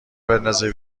بندازه